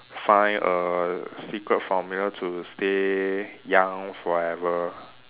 find a secret formula to stay young forever